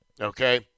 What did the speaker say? okay